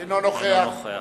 אינו נוכח